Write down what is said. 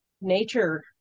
nature